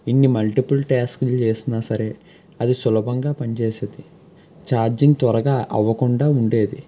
ఇన్ని మల్టీపుల్ టాస్క్లు చేసినా సరే అది సులభంగా పని చేసేది ఛార్జింగ్ త్వరగా అవ్వకుండా ఉండేది